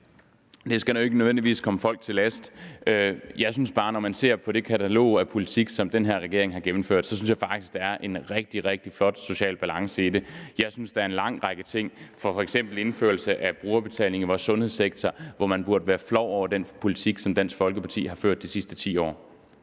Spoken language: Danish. Det skal nu ikke nødvendigvis lægges folk til last. Når man ser på det katalog med politik, som den her regering har gennemført, synes jeg faktisk bare, at der er en rigtig, rigtig flot social balance i det. Jeg synes, at der er en lang række ting, f.eks. indførelse af brugerbetaling i vores sundhedssektor, som man burde være flov over; man burde være flov over den politik, som Dansk Folkeparti har ført de sidste 10 år.